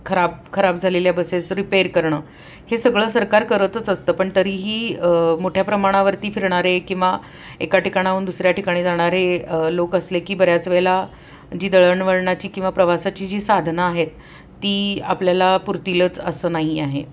खराब खराब झालेल्या बसेस रिपेर करणं हे सगळं सरकार करतच असतं पण तरीही मोठ्या प्रमाणावरती फिरणारे किंवा एका ठिकाणाहून दुसऱ्या ठिकाणी जाणारे लोक असले की बऱ्याच वेळेला जी दळणवळणाची किंवा प्रवासाची जी साधनं आहेत ती आपल्याला पुरतीलच असं नाही आहे